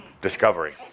Discovery